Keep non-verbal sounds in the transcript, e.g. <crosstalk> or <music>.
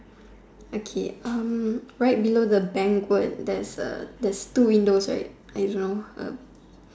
okay erm right below the bank <unintelligible> there's a there's two windows right I don't know (erp)